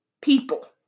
People